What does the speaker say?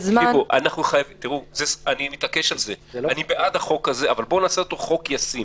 אני בעד החוק הזה, אבל בואו נעשה אותו חוק ישים